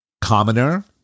Commoner